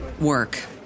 work